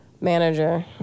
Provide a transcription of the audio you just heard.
manager